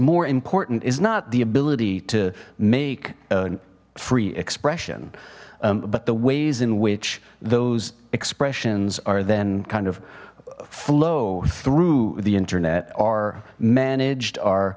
more important is not the ability to make a free expression but the ways in which those expressions are then kind of flow through the internet are managed are